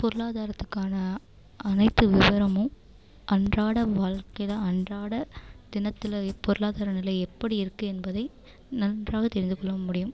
பொருளாதாரத்துக்கான அனைத்து விவரமும் அன்றாட வாழ்க்கையில அன்றாட தினத்தில் பொருளாதார நிலை எப்படி இருக்குது என்பதை நன்றாக தெரிந்து கொள்ள முடியும்